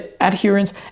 adherence